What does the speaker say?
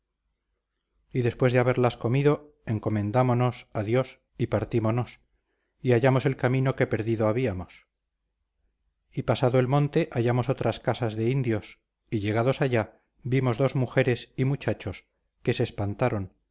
y después de haberlas comido encomendámonos a dios y partímonos y hallamos el camino que perdido habíamos y pasado el monte hallamos otras casas de indios y llegados allá vimos dos mujeres y muchachos que se espantaron